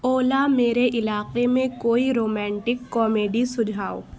اولا میرے علاقے میں کوئی رومینٹک کومیڈی سجھاؤ